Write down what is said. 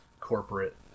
corporate